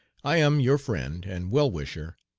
i am, your friend and well-wisher,